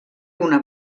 una